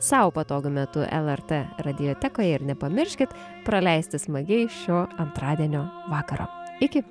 sau patogiu metu lrt radiotekoj ir nepamirškit praleisti smagiai šio antradienio vakaro iki